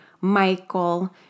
Michael